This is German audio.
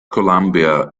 columbia